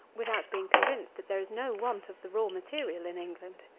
without being convinced that there is no want of the raw material in england.